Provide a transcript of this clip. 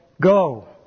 Go